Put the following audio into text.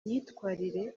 myitwarire